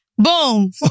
Boom